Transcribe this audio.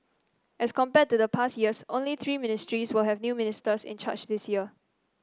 as compared to the past years only three ministries will have new ministers in charge this year